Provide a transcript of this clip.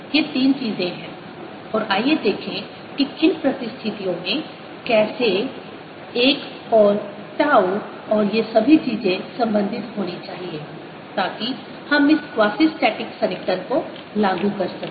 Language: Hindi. तो ये तीन चीजें हैं और आइए देखें कि किन परिस्थितियों में कैसे l और टाउ और ये सभी चीज़ें संबंधित होनी चाहिए ताकि हम इस क्वासिस्टेटिक सन्निकटन को लागू कर सकें